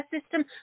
system